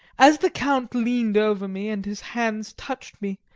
as the count leaned over me and his hands touched me,